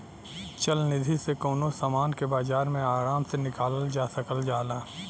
चल निधी से कउनो समान के बाजार मे आराम से निकालल जा सकल जाला